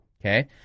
Okay